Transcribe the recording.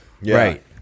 right